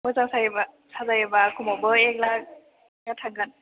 मोजां सायोबा साजायोबा खमावबो एक लाखआ थागोन